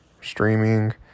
streaming